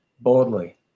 boldly